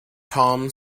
tom